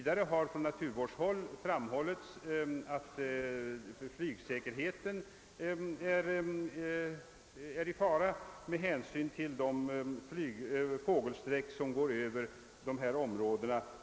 Det har från naturvårdshåll framhållits att flygsäkerheten är i fara med hänsyn till de fågelsträck som berör Sturups-området.